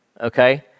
okay